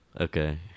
okay